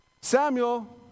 Samuel